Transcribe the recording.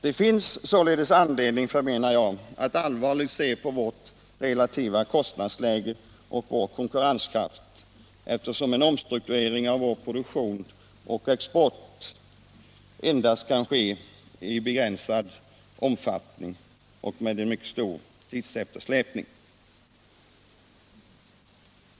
Det finns således anledning, förmenar jag, att se allvarligt på vårt relativa kostnadsläge och vår konkurrenskraft eftersom en omstrukturering av vår produktion och export endast kan ske i begränsad omfattning och med en mycket stor tidseftersläpning.